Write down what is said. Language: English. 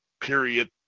period